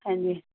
ਹਾਂਜੀ